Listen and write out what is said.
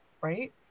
right